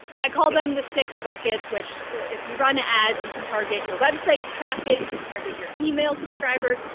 i call them the six buckets, which if you run ads, you can target your website traffic, you can target your email subscribers,